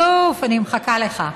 יוסוף, אני מחכה לך.